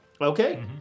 Okay